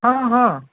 ହଁ ହଁ